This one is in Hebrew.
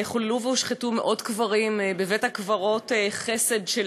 חוללו והושחתו מאות קברים בבית-הקברות "חסד של